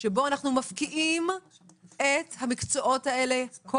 - שבו אנחנו מפקיעים את המקצועות האלה מידיים ישראליות?